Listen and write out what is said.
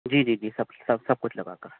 جی جی جی سب سب سب کچھ لگا کر